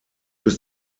bis